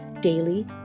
daily